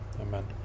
Amen